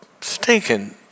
stinking